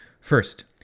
First